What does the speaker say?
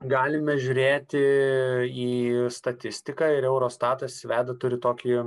galime žiūrėti į statistiką ir eurostatas veda turi tokį